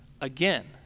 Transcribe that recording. again